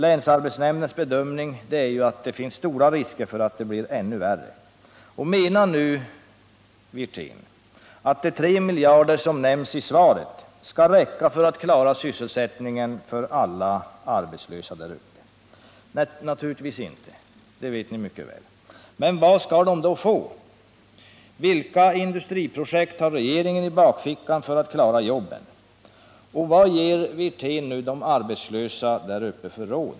Länsarbetsnämndens bedömning är att det finns stora risker för att läget blir ännu värre. Menar herr Wirtén att de 3 miljarder som nämns i svaret skall räcka för att klara sysselsättningen för alla arbetslösa där uppe? Nej, naturligtvis inte— han vet mycket väl att det inte är tillräckligt. Men vad tänker man då göra? Vilka industriprojekt har regeringen i bakfickan för att klara jobben, och vilket råd ger nu herr Wirtén de arbetslösa där uppe?